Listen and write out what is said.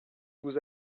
vous